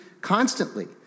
constantly